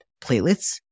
platelets